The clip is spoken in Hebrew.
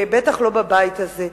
בטח לא בבית הזה.